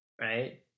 right